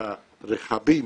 הרכבים